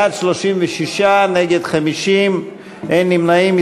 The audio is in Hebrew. בעד, 36, נגד, 50, אין נמנעים.